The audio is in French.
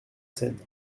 seine